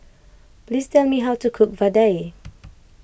please tell me how to cook Vadai